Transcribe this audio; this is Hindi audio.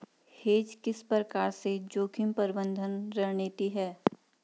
हेज किस प्रकार से जोखिम प्रबंधन रणनीति है?